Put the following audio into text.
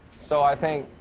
so i think,